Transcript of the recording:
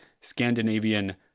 Scandinavian